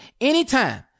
anytime